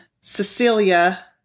Cecilia